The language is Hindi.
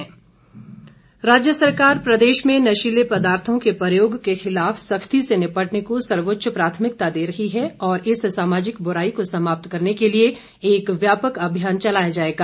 जयराम राज्य सरकार प्रदेश में नशीले पदार्थों के प्रयोग के खिलाफ सख्ती से निपटने को सर्वोच्च प्राथमिकता दे रही है और इस सामाजिक बुराई को समाप्त करने के लिए एक व्यापक अभियान चलाया जाएगा